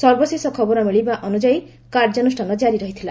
ସର୍ବଶେଷ ଖବର ମିଳିବା ପର୍ଯ୍ୟନ୍ତ କାର୍ଯ୍ୟାନୁଷ୍ଠାନ ଜାରି ଥିଲା